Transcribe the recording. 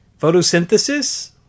Photosynthesis